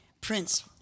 Prince